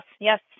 yes